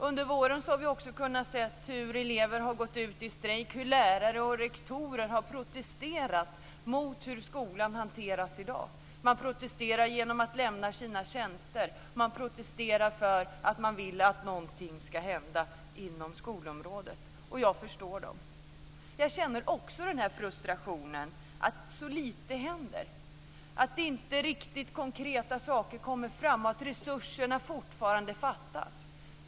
Under våren har vi också kunnat se hur elever gått ut i strejk och hur lärare och rektorer protesterat mot hur skolan hanteras i dag. Man protesterar genom att lämna sina tjänster och därför att man vill att någonting ska hända inom skolområdet. Jag förstår dem och känner också frustration över att så lite händer, att inte riktigt konkreta saker kommer fram och att resurserna fortfarande fattas.